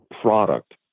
product